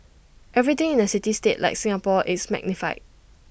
everything in A city state like Singapore is magnified